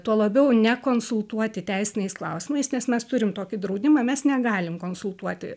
tuo labiau nekonsultuoti teisiniais klausimais nes mes turim tokį draudimą mes negalim konsultuoti